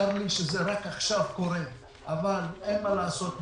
צר לי שזה קורה רק עכשיו אבל אין מה לעשות,